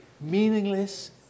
Meaningless